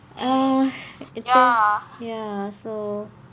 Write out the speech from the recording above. oh I think ya so